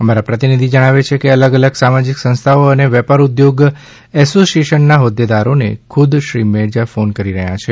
અમારા પ્રતિનિધિ જણાવે છે કે અલગ અલગ સામાજિક સંસ્થાઓ અને વેપાર ઉદ્યોગ એસોસીએશનના હોદ્દેદારોને ખુદ શ્રી મેરજા ફોન કરી રહ્યા છે